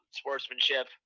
sportsmanship